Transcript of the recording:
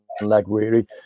leg-weary